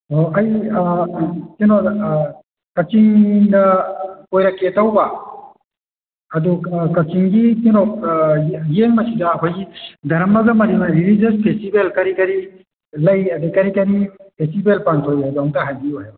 ꯑꯣ ꯑꯩ ꯀꯩꯅꯣꯗ ꯀꯛꯆꯤꯡꯗ ꯀꯣꯏꯔꯛꯀꯦ ꯇꯧꯕ ꯑꯗꯣ ꯀꯛꯆꯤꯡꯒꯤ ꯀꯩꯅꯣ ꯌꯦꯟ ꯃꯆꯤꯟꯖꯥꯛ ꯑꯩꯈꯣꯏꯒꯤ ꯙꯔꯃꯒ ꯃꯔꯤ ꯃꯔꯤ ꯔꯤꯂꯤꯖꯟ ꯐꯦꯁꯇꯤꯚꯦꯜ ꯀꯔꯤ ꯀꯔꯤ ꯂꯩ ꯑꯗꯩ ꯀꯔꯤ ꯀꯔꯤ ꯐꯦꯁꯤꯚꯦꯜ ꯄꯥꯡꯊꯣꯛꯏ ꯍꯥꯏꯗꯣ ꯑꯃꯨꯛꯇ ꯍꯥꯏꯕꯤꯌꯨ ꯍꯥꯏꯕ